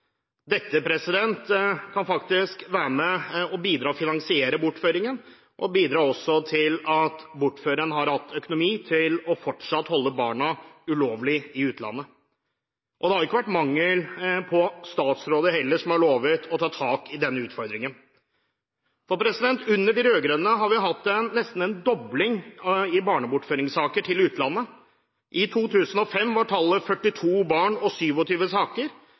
kan faktisk være med og bidra til å finansiere bortføringen, og også bidra til at bortføreren har økonomi til fortsatt å holde barna ulovlig i utlandet. Det har ikke vært mangel på statsråder, heller, som har lovet å ta tak i denne utfordringen. Under de rød-grønne har vi hatt nesten en dobling i barnebortføringssaker til utlandet. I 2005 var tallet 42 barn og 27 saker,